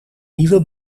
nieuwe